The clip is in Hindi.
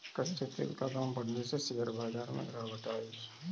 कच्चे तेल का दाम बढ़ने से शेयर बाजार में गिरावट आई